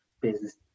business